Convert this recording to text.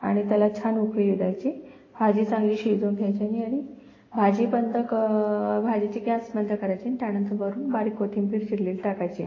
आणि त्याला छान उकळी येऊ द्यायची भाजी चांगली शिजवून घ्यायची नि आणि भाजी बंद क भाजीची गॅस बंद करायची न् त्यानंतर वरून बारीक कोथिंबीर चिरलेली टाकायची